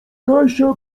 kasia